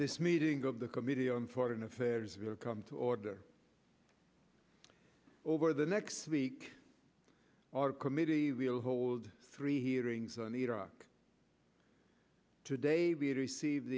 this meeting of the committee on foreign affairs will come to order over the next week our committee will hold three hearings on iraq today we receive